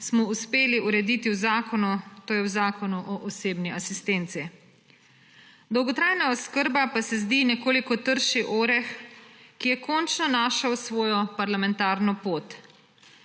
smo uspeli urediti v zakonu, to je v Zakonu o osebni asistenci. Dolgotrajna oskrba pa se zdi nekoliko trši oreh, ki je končno našel svojo parlamentarno pot.